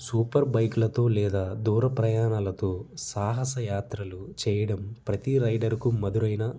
super బైక్లతో లేదా దూర ప్రయాణాలతో సాహస యాత్రలు చేయడం ప్రతీ రైడర్కు మధురైన